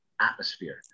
atmosphere